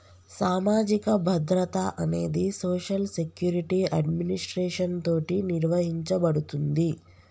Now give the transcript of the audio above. సామాజిక భద్రత అనేది సోషల్ సెక్యురిటి అడ్మినిస్ట్రేషన్ తోటి నిర్వహించబడుతుంది